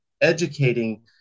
educating